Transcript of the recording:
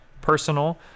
personal